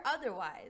otherwise